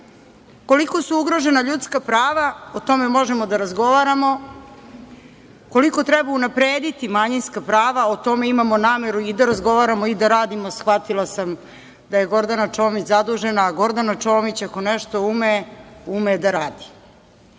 su ugrožena ljudska prava? O tome možemo da razgovaramo. Koliko treba unaprediti manjinska prava? O tome imamo nameru i da razgovaramo i da radimo. Shvatila sam da je Gordana Čomić zadužena, a Gordana Čomić ako nešto ume, ume da radi. Mi